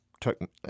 took –